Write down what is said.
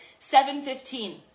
7.15